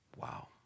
Wow